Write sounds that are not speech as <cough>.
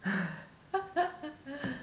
<laughs>